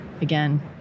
again